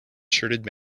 shirted